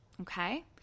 Okay